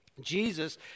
Jesus